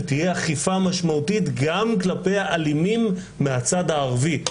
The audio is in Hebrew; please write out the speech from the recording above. שתהיה אכיפה משמעותית גם כלפי האלימים מהצד הערבי,